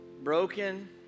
broken